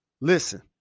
Listen